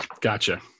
Gotcha